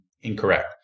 incorrect